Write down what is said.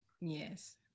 Yes